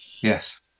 Yes